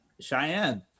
Cheyenne